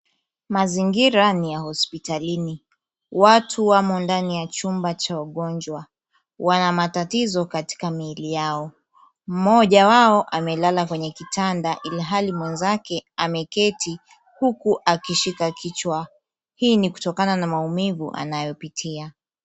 Mazingira ni ya hospitalini. Watu wamo ndani ya chumba cha ugonjwa. Wana matatizo katika miili yao. Mmoja wao amelala kwenye kitanda, ilhali mwenzake ameketi huku akishika kichwa. Hii ni kutokana na maumivu anayopitia.